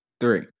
three